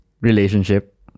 relationship